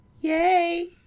yay